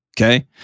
Okay